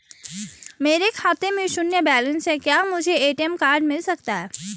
मेरे खाते में शून्य बैलेंस है क्या मुझे ए.टी.एम कार्ड मिल सकता है?